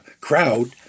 crowd